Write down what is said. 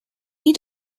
need